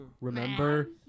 Remember